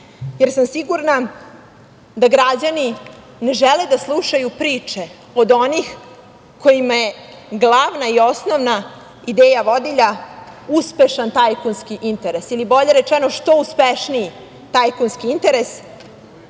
jer sam sigurna da građani ne žele da slušaju priče od onih kojima je glavna i osnovna ideja vodilja uspešan tajkunski interes, ili bolje rečeno - što uspešniji tajkunski interes